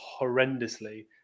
horrendously